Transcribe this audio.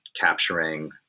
capturing